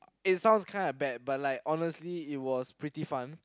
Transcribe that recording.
it sounds kinda bad but like honestly it was pretty fun